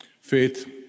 Faith